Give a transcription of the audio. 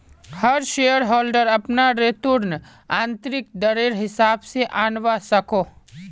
हर shareholder अपना return आंतरिक दरर हिसाब से आंनवा सकोह